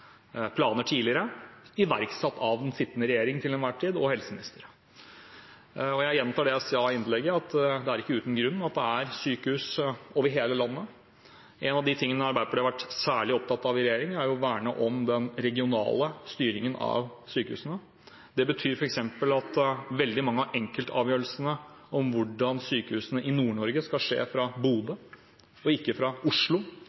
jeg sa i innlegget, at det er ikke uten grunn at det er sykehus over hele landet. En av de tingene Arbeiderpartiet har vært særlig opptatt av i regjering, er å verne om den regionale styringen av sykehusene. Det betyr f.eks. at veldig mange av enkeltavgjørelsene om sykehusene i Nord-Norge skal skje fra Bodø, og ikke fra Oslo.